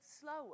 slower